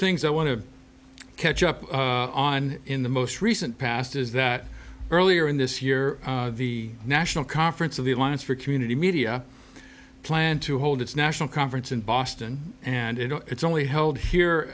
things i want to catch up on in the most recent past is that earlier in this year the national conference of the alliance for community media planned to hold its national conference in boston and it it's only held here